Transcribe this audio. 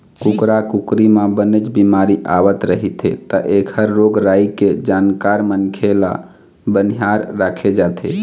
कुकरा कुकरी म बनेच बिमारी आवत रहिथे त एखर रोग राई के जानकार मनखे ल बनिहार राखे जाथे